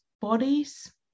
bodies